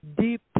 Deep